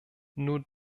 nur